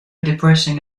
depressing